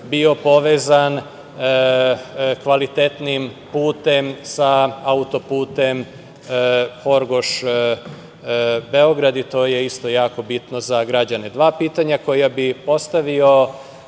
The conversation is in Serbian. bio povezan kvalitetnim putem sa auto-putem Horgoš - Beograd i to je isto jako bitno za građane. Dva pitanja koja bih postavio